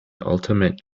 ultimate